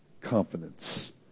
confidence